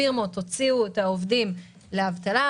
פירמות הוציאו עובדים לאבטלה.